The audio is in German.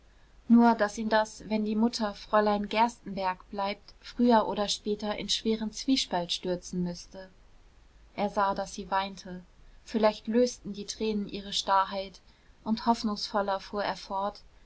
nur daß ihn das wenn die mutter fräulein gerstenbergk bleibt früher oder später in schweren zwiespalt stürzen müßte er sah daß sie weinte vielleicht lösten die tränen ihre starrheit und hoffnungsvoller fuhr